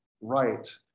right